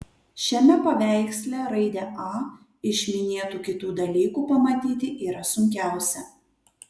šiame paveiksle raidę a iš minėtų kitų dalykų pamatyti yra sunkiausia